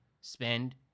Spend